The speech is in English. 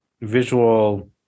visual